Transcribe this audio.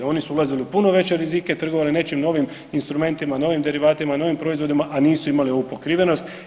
Oni su ulazili u puno veće rizike, trgovali nečim novim instrumentima, novim derivatima, novim proizvodima a nisu imali ovu pokrivenost.